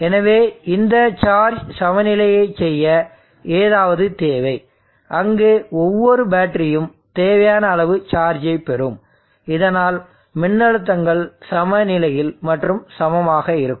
எனவே இந்த சார்ஜ் சமநிலையைச் செய்ய ஏதாவது தேவை அங்கு ஒவ்வொரு பேட்டரியும் தேவையான அளவு சார்ஜை பெறும் இதனால் மின்னழுத்தங்கள் சமநிலையில் மற்றும் சமமாக இருக்கும்